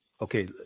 Okay